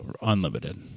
Unlimited